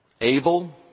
able